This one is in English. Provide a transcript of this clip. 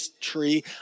tree